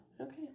Okay